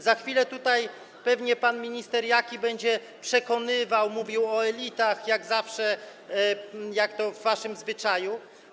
Za chwilę pewnie pan minister Jaki będzie przekonywał, mówił o elitach, jak to zawsze jest w waszym zwyczaju.